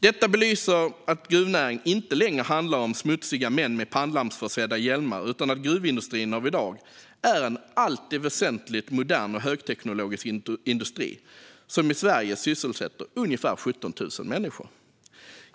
Detta belyser att gruvnäringen inte längre handlar om smutsiga män med pannlampsförsedda hjälmar utan att gruvindustrin av i dag är en i allt väsentligt modern och högteknologisk industri som i Sverige sysselsätter ungefär 17 000 människor.